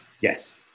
yes